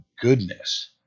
goodness